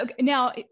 Now